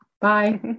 bye